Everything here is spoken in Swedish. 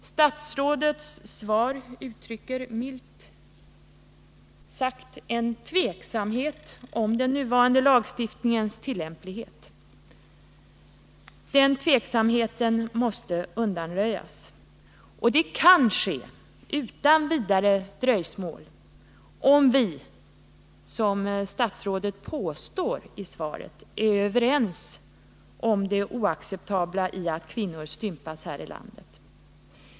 Statsrådets svar ger milt sagt uttryck för tveksamhet när det gäller den nuvarande lagstiftningens tillämplighet. Den tveksamheten måste undanröjas. Det kan ske utan vidare dröjsmål om vi — som statsrådet påstår i svaret — är överens om det oacceptabla i att kvinnor stympas här i landet.